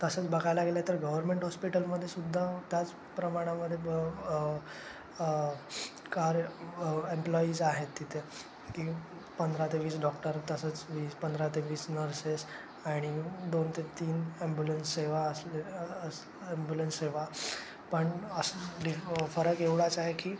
तसंच बघायला गेलं तर गव्हर्मेंट हॉस्पिटलमध्ये सुद्धा त्याच प्रमाणामध्ये ब कार्य एम्प्लॉईज आहेत तिथे की पंधरा ते वीस डॉक्टर तसंच वीस पंधरा ते वीस नर्सेस आणि दोन ते तीन ॲम्ब्युलन्स सेवा असले अस ॲम्ब्युलन्स सेवा पण अस डी फरक एवढाच आहे की